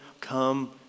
come